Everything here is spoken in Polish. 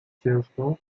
ciężko